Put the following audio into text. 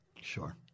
Sure